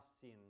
sin